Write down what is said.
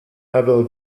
abel